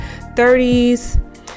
30s